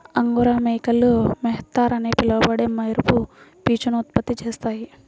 angora మేకలు mohair అని పిలువబడే మెరుపు పీచును ఉత్పత్తి చేస్తాయి